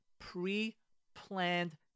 pre-planned